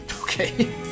Okay